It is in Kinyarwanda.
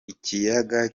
ikiyaga